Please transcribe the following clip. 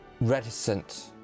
reticent